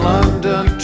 London